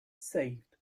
saved